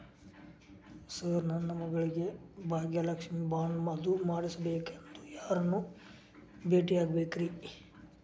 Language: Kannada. ಸರ್ ನನ್ನ ಮಗಳಿಗೆ ಭಾಗ್ಯಲಕ್ಷ್ಮಿ ಬಾಂಡ್ ಅದು ಮಾಡಿಸಬೇಕೆಂದು ಯಾರನ್ನ ಭೇಟಿಯಾಗಬೇಕ್ರಿ?